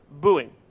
booing